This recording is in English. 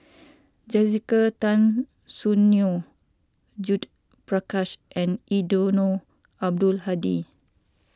Jessica Tan Soon Neo Judith Prakash and Eddino Abdul Hadi